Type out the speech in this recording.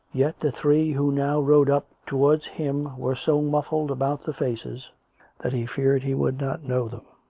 yet the three who now rode up towards him were so muffled about the faces that he feared he would not know them.